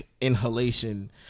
inhalation